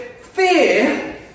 Fear